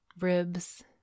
ribs